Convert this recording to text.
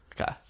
Okay